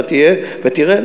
אתה תהיה ותראה,